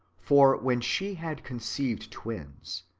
for when she had conceived twins,